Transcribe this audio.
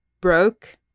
broke